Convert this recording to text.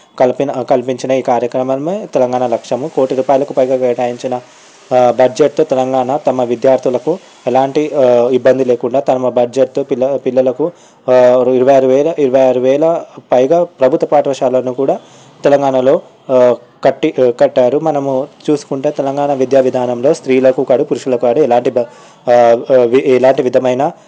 కలిపిన కల్పించిన ఈ కార్యక్రమం తెలంగాణ లక్ష్యము కోటి రూపాయలకు పైగా కేటాయించిన బడ్జెట్లో తెలంగాణ తమ విద్యార్థులకు ఎలాంటి ఇబ్బంది లేకుండా తమ బడ్జెట్తో పిల్ల పిల్లలకు ఇరవై ఆరు వేల ఇరవై ఆరు వేల పైగా ప్రభుత్వ పాఠశాలలో కూడా తెలంగాణలో కట్టి కట్టారు మనము చూసుకుంటే తెలంగాణ విద్యా విధానంలో స్త్రీలకు కాడ పురుషులకు కాడ ఎలాంటి ఎలాంటి విధమైన